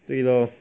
对 loh